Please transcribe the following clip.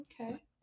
Okay